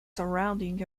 surrounding